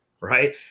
right